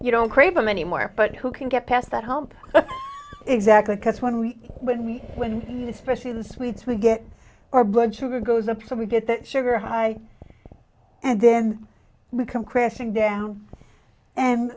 you don't crave them anymore but who can get past that help exactly because when we when we win especially the sweets we get our blood sugar goes up so we get the sugar high and then become crashing down and